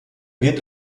wird